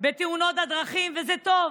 בתאונות הדרכים, וזה טוב,